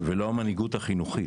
ולא המנהיגות החינוכית.